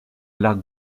l’art